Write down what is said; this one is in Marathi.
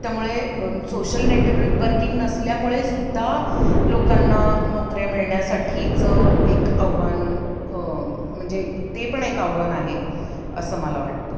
त्यामुळे सोशल नेट वर्किंग नसल्यामुळे सुद्धा लोकांना नोकऱ्या मिळण्यासाठीचं एक आव्हान म्हणजे ते पण एक आव्हान आहे असं मला वाटतं